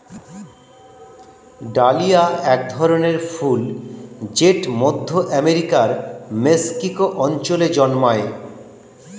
dahlia এক ধরনের ফুল জেট মধ্য আমেরিকার মেক্সিকো অঞ্চলে জন্মায়